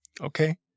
Okay